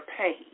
pain